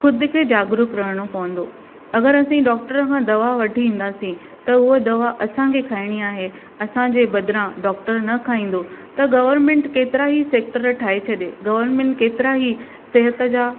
ख़ुदि खे जागरूक रहणो पवंदो अगरि असीं डॉक्टर खां दवा वठी ईंदासीं त हूअ दवा असांखे खाइणी आहे असांजे बदिरां डॉक्टर न खाईंदो त गवर्नमेंट केतिरा ही सेक्टर ठाहे छॾे गवर्नमेंट केतिरा ई सिहत जा